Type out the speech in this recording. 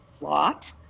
lot